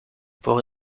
voor